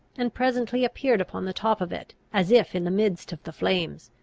and presently appeared upon the top of it, as if in the midst of the flames.